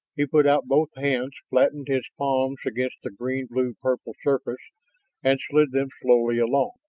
he put out both hands, flattened his palms against the green-blue-purple surface and slid them slowly along.